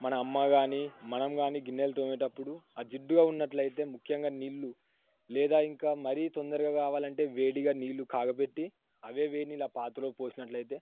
మన అమ్మ కానీ మనం కానీ గిన్నెలు తోమేటప్పుడు ఆ జిడ్డుగా ఉన్నట్లయితే ముఖ్యంగా నీళ్ళు లేదా ఇంకా మరీ తొందరగా కావాలంటే వేడిగా నీళ్ళు కాగబెట్టి అవే వేడి నీళ్ళు ఆ పాత్రలో పోసినట్లు అయితే